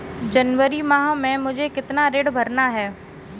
जनवरी माह में मुझे कितना ऋण भरना है?